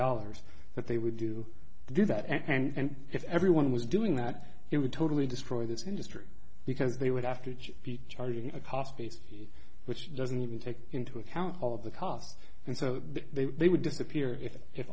dollars that they would do do that and if everyone was doing that it would totally destroy this industry because they would have to be charging a cost base which doesn't even take into account all of the cost and so that they would disappear if if